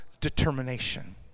determination